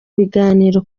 biganiro